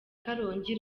karongi